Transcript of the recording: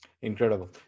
Incredible